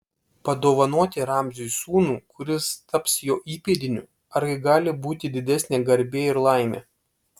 padovanoti ramziui sūnų kuris taps jo įpėdiniu argi gali būti didesnė garbė ir laimė